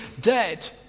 dead